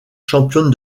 championne